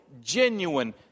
genuine